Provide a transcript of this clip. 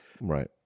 Right